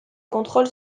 contrôle